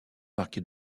marquer